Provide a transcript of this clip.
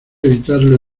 evitarlo